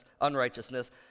unrighteousness